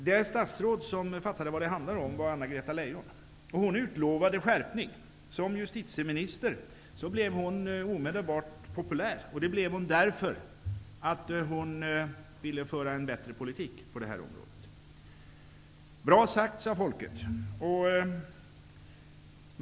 Det statsråd som fattade vad det handlade om var Anna-Greta Leijon. Hon utlovade skärpning. Såsom justitieminister blev hon omedelbart populär. Det blev hon därför att hon ville föra en bättre politik på detta område. Bra sagt sade folket.